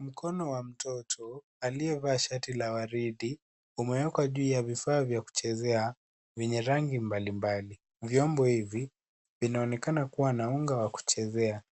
Mkono wa mtoto, aliyevaa shati la waridi umewekwa juu ya vifaa vya kuchezea, vyenye rangi mbali mbali. Vyombo hivi vinaonekana kuwa na unga wa kuchezea.